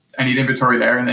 i need inventory there, and and